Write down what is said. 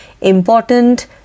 Important